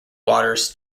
waters